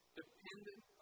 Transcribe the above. dependent